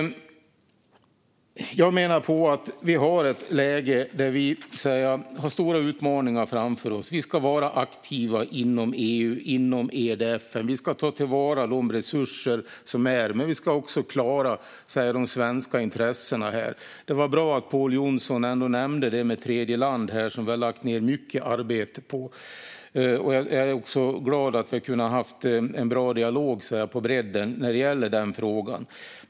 Jag menar att vi har ett läge där vi har stora utmaningar framför oss. Vi ska vara aktiva inom EU och EDF. Vi ska ta till vara de resurser som finns. Men vi ska också klara de svenska intressena här. Det var bra att Pål Jonson ändå nämnde detta med tredjeland här, som vi har lagt ned mycket arbete på. Jag är också glad över att vi har kunnat ha en bra och bred dialog i den frågan.